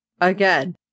again